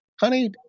honey